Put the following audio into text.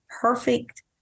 perfect